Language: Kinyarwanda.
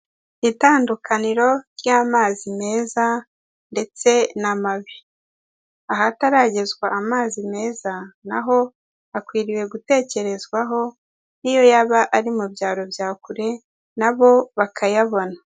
Itandukaniro ry'amazi meza ndetse n'amabi, ahataragezwa amazi meza na ho hakwiriwe gutekerezwaho ni yo yaba ari mu byaro bya kure na bo bakayabona.